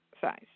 size